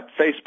facebook